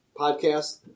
Podcast